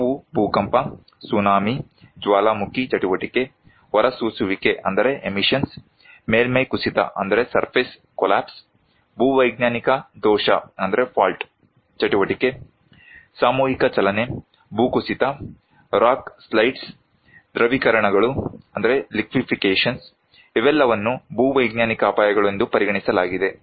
ಅವು ಭೂಕಂಪ ಸುನಾಮಿ ಜ್ವಾಲಾಮುಖಿ ಚಟುವಟಿಕೆ ಹೊರಸೂಸುವಿಕೆ ಮೇಲ್ಮೈ ಕುಸಿತ ಭೂವೈಜ್ಞಾನಿಕ ದೋಷ ಚಟುವಟಿಕೆ ಸಾಮೂಹಿಕ ಚಲನೆ ಭೂಕುಸಿತ ರಾಕ್ ಸ್ಲೈಡ್ಗಳು ದ್ರವೀಕರಣಗಳು ಇವೆಲ್ಲವನ್ನೂ ಭೂವೈಜ್ಞಾನಿಕ ಅಪಾಯಗಳು ಎಂದು ಪರಿಗಣಿಸಲಾಗಿದೆ